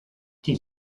die